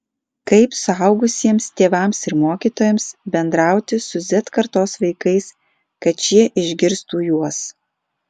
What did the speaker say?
kaip suaugusiems tėvams ir mokytojams bendrauti su z kartos vaikais kad šie išgirstų juos